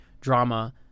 drama